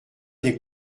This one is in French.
des